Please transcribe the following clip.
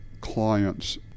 clients